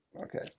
Okay